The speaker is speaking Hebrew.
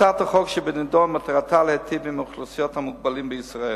הצעת החוק שבנדון מטרתה להיטיב עם אוכלוסיית המוגבלים בישראל,